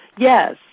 Yes